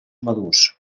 madurs